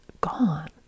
gone